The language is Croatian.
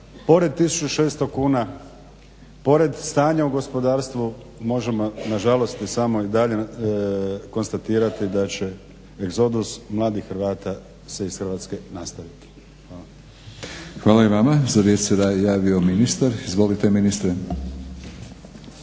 Pored 1600 kuna, pored stanja u gospodarstvu možemo nažalost i samo konstatirati da će egzodus mladih Hrvata se iz Hrvatske nastaviti. Hvala. **Batinić, Milorad (HNS)** Hvala i vama. Za riječ se dalje javio ministar. Izvolite ministre.